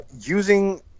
using